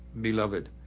Beloved